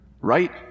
right